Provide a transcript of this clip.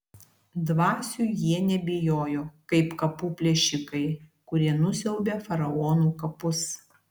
dvasių jie nebijojo kaip kapų plėšikai kurie nusiaubia faraonų kapus